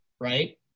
right